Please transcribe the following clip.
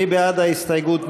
מי בעד ההסתייגות?